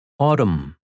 Autumn